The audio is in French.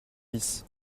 bis